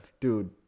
Dude